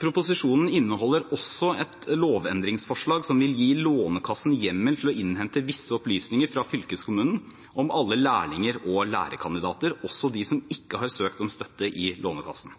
Proposisjonen inneholder også et lovendringsforslag som vil gi Lånekassen hjemmel til å innhente visse opplysninger fra fylkeskommunen om alle lærlinger og lærekandidater, også dem som ikke har søkt om støtte i Lånekassen.